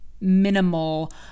minimal